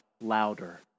louder